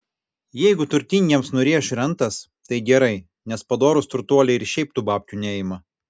jeigu turtingiems nurėš rentas tai gerai nes padorūs turtuoliai ir šiaip tų babkių neima